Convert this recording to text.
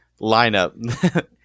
lineup